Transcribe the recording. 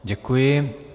Děkuji.